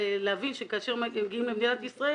להבין שכאשר הם מגיעים למדינת ישראל